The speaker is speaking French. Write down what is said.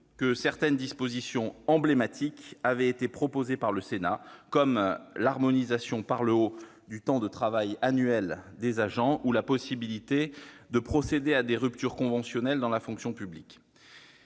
que certaines dispositions emblématiques avaient été proposées par le Sénat, comme l'harmonisation par le haut du temps de travail annuel des agents ou la possibilité de procéder à des ruptures conventionnelles dans la fonction publique.